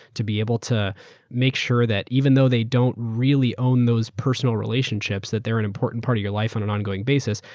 to be able to make sure that even though they don't really own those personal relationships that are an important part of your life on an ongoing basis,